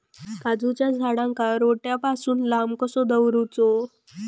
काजूच्या झाडांका रोट्या पासून लांब कसो दवरूचो?